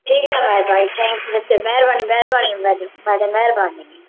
ठीकु आहे भाई भाई थैंक्यू महिरबानी महिरबानी मैडम मैडम महिरबानी